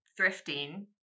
thrifting